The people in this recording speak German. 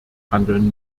handeln